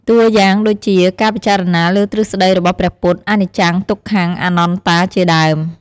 តួយ៉ាងដូចជា ការពិចារណាលើទ្រឹស្ដីរបស់ព្រះពុទ្ធ អនិច្ចំ ទុក្ខំ អនត្តាជាដើម។